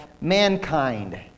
mankind